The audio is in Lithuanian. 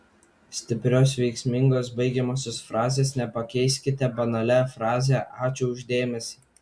stiprios veiksmingos baigiamosios frazės nepakeiskite banalia fraze ačiū už dėmesį